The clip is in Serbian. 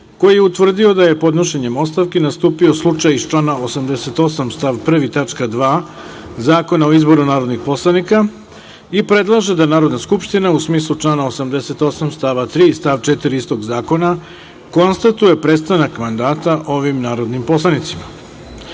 koji je utvrdio da je podnošenjem ostavki nastupio slučaj iz člana 88. stav 1. tačka 2) Zakona o izboru narodnih poslanika i predlaže da Narodna skupština, u smislu člana 88. st. 3. i 4. istog zakona, konstatuje prestanak mandata ovim narodnim poslanicima. Saglasno